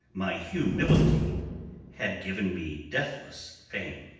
my humility had given me deathless fame!